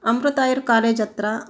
ಅಮೃತಾಯೈರ್ college ಹತ್ತಿರ